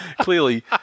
clearly